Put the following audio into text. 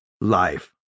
life